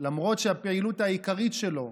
למרות שהפעילות העיקרית שלו,